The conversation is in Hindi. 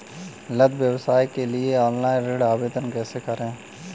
लघु व्यवसाय के लिए ऑनलाइन ऋण आवेदन कैसे करें?